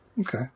Okay